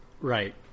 Right